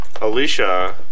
Alicia